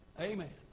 Amen